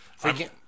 freaking